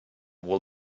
will